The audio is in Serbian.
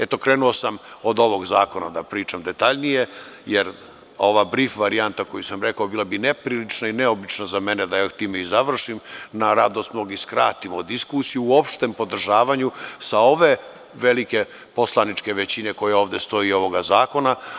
Eto, krenuo sam od ovog zakona da pričam detaljnije, jer ova brif varijanta bila bi neprilična i neobična za mene da ja time i završim, na radost mnogih i skratim ovu diskusiju u opštem podržavanju sa ove velike poslaničke većine koja stoji iza ovog zakona.